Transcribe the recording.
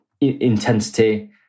intensity